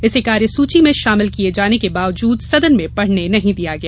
इसे कार्यसूची में शामिल किए जाने के बावजूद सदन में पढ़ने नहीं दिया गया